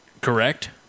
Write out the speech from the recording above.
Correct